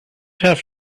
have